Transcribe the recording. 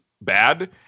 bad